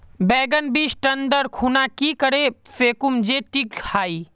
बैगन बीज टन दर खुना की करे फेकुम जे टिक हाई?